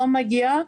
לא מגיעה